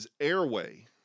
airway